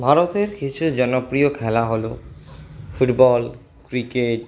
ভারতের কিছু জনপ্রিয় খেলা হলো ফুটবল ক্রিকেট